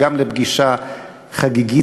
גם פגישה חגיגית,